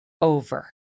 over